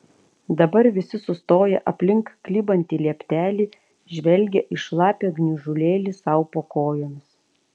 dabar visi sustoję aplink klibantį lieptelį žvelgė į šlapią gniužulėlį sau po kojomis